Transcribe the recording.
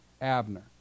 Abner